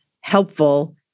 helpful